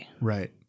Right